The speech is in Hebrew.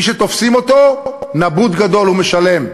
מי שתופסים אותו, נבוט גדול, הוא משלם.